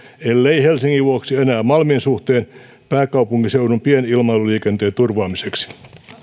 ellei helsingin vuoksi enää malmin suhteen niin pääkaupunkiseudun pienilmailuliikenteen turvaamiseksi